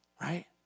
right